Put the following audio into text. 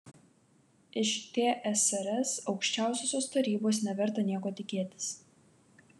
iš tsrs aukščiausiosios tarybos neverta nieko tikėtis